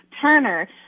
Turner